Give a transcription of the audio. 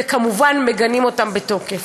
וכמובן מגנים אותם בתוקף.